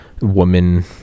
woman